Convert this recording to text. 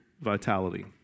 vitality